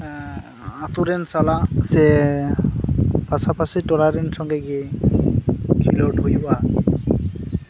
ᱟᱛᱳ ᱨᱮᱱ ᱥᱟᱞᱟᱜ ᱥᱮ ᱯᱟᱥᱟᱯᱟᱥᱤ ᱴᱚᱞᱟ ᱨᱮᱱ ᱥᱚᱝᱜᱮ ᱜᱮ ᱠᱷᱮᱞᱳᱰ ᱦᱩᱭᱩᱜᱼᱟ